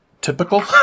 typical